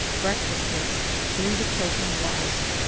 breakfastless, through the choking blast.